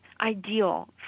ideal